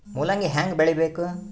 ಮೂಲಂಗಿ ಹ್ಯಾಂಗ ಬೆಳಿಬೇಕು?